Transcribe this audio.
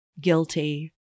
guilty